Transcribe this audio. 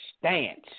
stance